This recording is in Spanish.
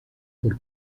por